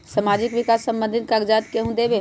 समाजीक विकास संबंधित कागज़ात केहु देबे?